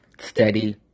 steady